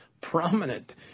prominent